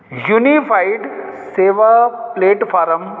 unified ਸੇਵਾ platform